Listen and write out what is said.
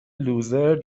لوزر